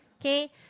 okay